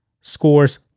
scores